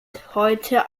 heute